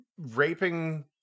raping